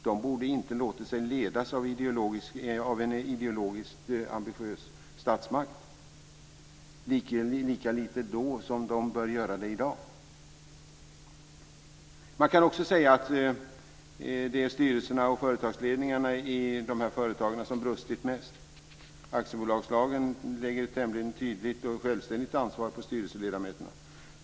De borde inte ha låtit sig ledas av en ideologiskt ambitiös statsmakt. Lika lite då som de bör göra det i dag. Man kan också säga att det är styrelserna och företagsledningarna i dessa företag som brustit mest. Aktiebolagslagen lägger ett tämligen tydligt och självständigt ansvar på styrelseledamöterna.